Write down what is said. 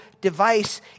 device